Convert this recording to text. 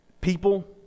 people